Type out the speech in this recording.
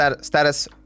status